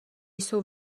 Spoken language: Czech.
jsou